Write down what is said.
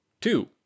Two